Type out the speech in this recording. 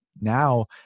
now